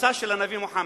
השמצה של הנביא מוחמד,